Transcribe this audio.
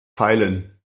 feilen